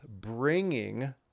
bringing